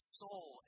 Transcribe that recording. soul